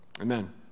Amen